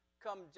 come